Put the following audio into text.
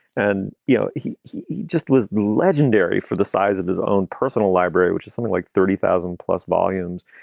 and, you know, he he just was legendary for the size of his own personal library, which is something like thirty thousand plus volumes.